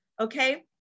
okay